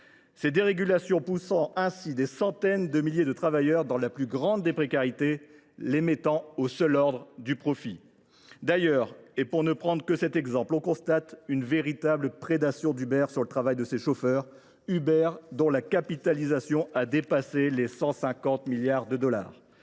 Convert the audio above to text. Ces dérégulations poussent des centaines de milliers de travailleurs dans la plus grande des précarités, sous le seul diktat du profit. D’ailleurs, et pour ne prendre que cet exemple, on constate une véritable prédation d’Uber sur le travail de ses chauffeurs. Uber dont la capitalisation boursière a dépassé les 150 milliards de dollars…